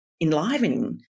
enlivening